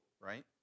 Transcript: right